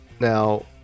Now